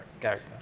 character